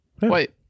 Wait